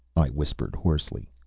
i whispered hoarsely.